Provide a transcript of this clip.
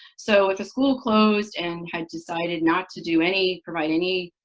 so if a school closed and had decided not to do any provide any